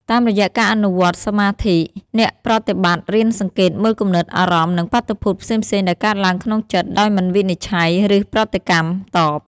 តាមរយៈការអនុវត្តន៍សមាធិ អ្នកប្រតិបត្តិរៀនសង្កេតមើលគំនិត អារម្មណ៍ និងបាតុភូតផ្សេងៗដែលកើតឡើងក្នុងចិត្ត ដោយមិនវិនិច្ឆ័យ ឬប្រតិកម្មតប។